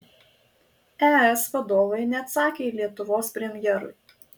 es vadovai neatsakė lietuvos premjerui